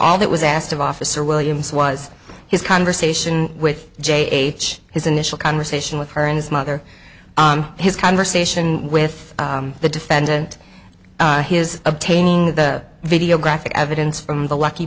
all that was asked of officer williams was his conversation with j h his initial conversation with her and his mother his conversation with the defendant his obtaining the video graphic evidence from the lucky